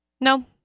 No